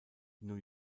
new